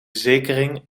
zekering